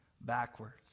backwards